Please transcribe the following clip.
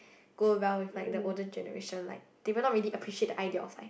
go well with like the older generation like they will not really appreciate the idea of like